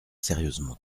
sérieusement